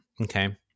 Okay